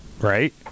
right